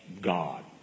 God